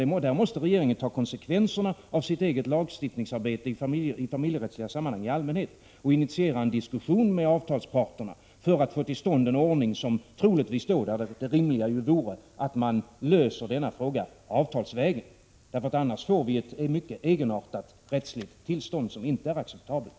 Regeringen måste alltså ta konsekvenserna av sitt eget lagstiftningsarbete på det familjerättsliga området och initiera en diskussion med avtalsparterna för att få till stånd en godtagbar ordning på detta område. Det rimliga vore då troligtvis att denna fråga löses avtalsvägen — annars får vi ett mycket egenartat rättstillstånd, som inte är acceptabelt.